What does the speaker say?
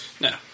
No